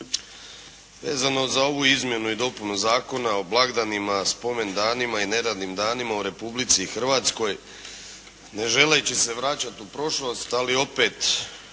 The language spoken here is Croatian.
Vezano za ovu izmjenu i dopunu Zakona o blagdanima, spomendanima i neradnim danima u Republici Hrvatskoj ne želeći se vraćati u prošlost, da li opet,